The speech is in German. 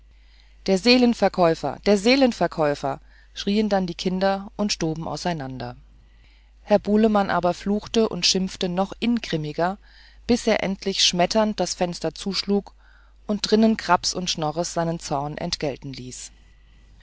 der seelenverkäufer der seelenverkäufer schrieen dann die kinder und stoben auseinander herr bulemann aber fluchte und schimpfte noch ingrimmiger bis er endlich schmetternd das fenster zuschlug und drinnen graps und schnores seinen zorn entgelten ließ